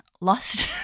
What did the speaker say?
lost